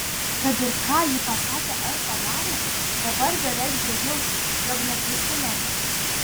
kad ir ką ji pasakė ar padarė dabar beveik džiaugiausi jog neprisimenu